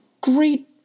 great